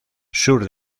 sur